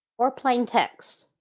or plain text,